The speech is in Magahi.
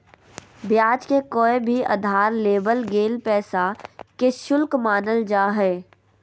ब्याज के कोय भी उधार लेवल गेल पैसा के शुल्क मानल जा हय